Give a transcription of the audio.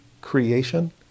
creation